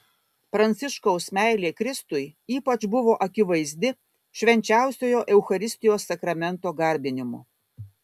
pranciškaus meilė kristui ypač buvo akivaizdi švenčiausiojo eucharistijos sakramento garbinimu